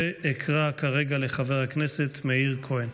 ואקרא כרגע לחבר הכנסת מאיר כהן.